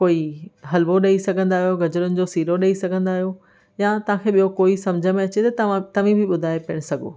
कोई हलवो ॾेई सघंदा आहियो गजुरनि जो सिरो ॾेई सघंदा आहियो या तव्हांखे ॿियो को समुझ में अचे त तव्हीं बि ॿुधाए था सघो